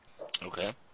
Okay